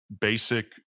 basic